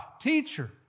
teacher